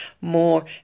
more